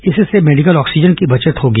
इससे medical oxygen की बचत होगी